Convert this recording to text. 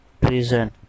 Prison